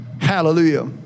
Hallelujah